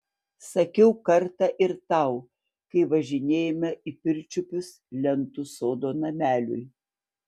sakiau kartą ir tau kai važinėjome į pirčiupius lentų sodo nameliui